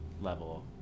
level